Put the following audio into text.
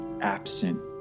absent